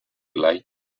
light